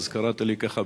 אז קראת לי ככה,